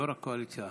יו"ר הקואליציה,